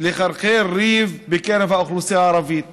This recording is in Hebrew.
לחרחר ריב בקרב האוכלוסייה הערבית